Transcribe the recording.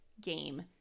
game